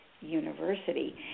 University